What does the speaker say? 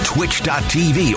Twitch.tv